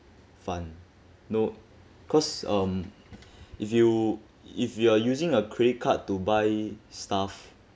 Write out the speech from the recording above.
fund no cause um if you if you are using a credit card to buy stuff